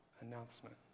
announcement